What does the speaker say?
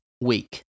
week